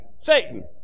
Satan